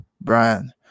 Brian